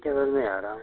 घंटे भर में आ रहा मैं